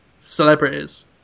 celebrities